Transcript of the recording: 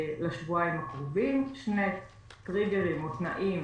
לשבועיים הקרובים, שני טריגרים או תנאים